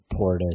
Portis